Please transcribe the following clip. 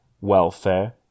welfare